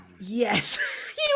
Yes